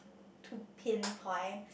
to pinpoint